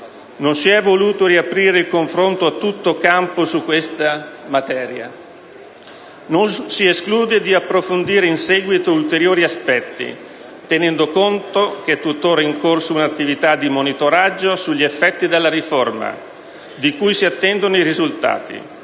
Non si evoluto riaprire il confronto a tutto campo su questa materia e non si esclude di approfondirne in seguito ulteriori aspetti, tenendo conto del fatto che e tuttora in corso un’attivitadi monitoraggio sugli effetti della riforma, di cui si attendono i risultati.